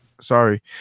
Sorry